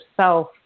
self